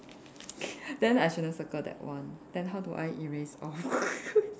then I shouldn't circle that one then how do I erase off